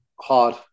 hard